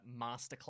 Masterclass